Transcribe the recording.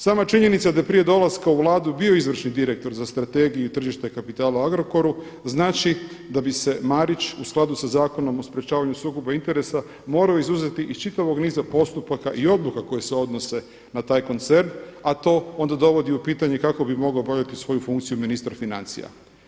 Sama činjenica da prije dolaska u Vladi bio izvršni direktor za strategije i tržište kapitala u Agrokoru znači da bi se Marić u skladu sa Zakonom o sprečavanju sukoba interesa morao izuzeti iz čitavog niza postupaka i odluka koje se odnose na taj koncern, a to onda dovodi u pitanje kako bi mogao obavljati svoju funkciju ministra financija.